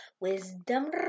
Wisdom